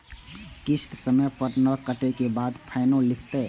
किस्त समय पर नय कटै के बाद फाइनो लिखते?